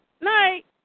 Night